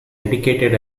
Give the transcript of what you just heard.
educated